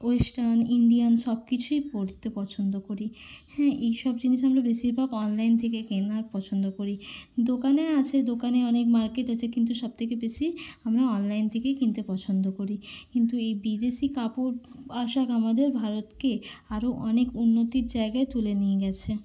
western Indian সব কিছুই পরতে পছন্দ করি হ্যাঁ এই সব জিনিস আমরা বেশিরভাগ অনলাইন থেকে কেনা পছন্দ করি দোকানে আছে দোকানে অনেক মার্কেট আছে কিন্তু সব থেকে বেশি আমরা অনলাইন থেকেই কিনতে পছন্দ করি কিন্তু এই বিদেশি কাপড় আসুক আমাদের ভারতকে আরো অনেক উন্নতির জায়গায় তুলে নিয়ে গেছে